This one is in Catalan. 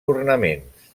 ornaments